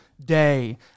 Day